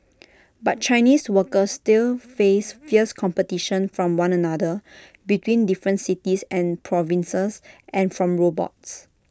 but Chinese workers still face fierce competition from one another between different cities and provinces and from robots